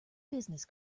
business